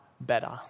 better